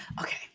Okay